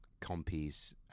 compies